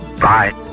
Bye